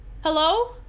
Hello